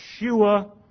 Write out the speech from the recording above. Yeshua